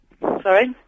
Sorry